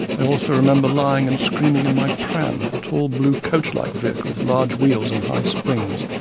i also remember lying and screaming in my pram, a tall, blue coach-like vehicle with large wheels and high springs,